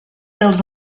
dels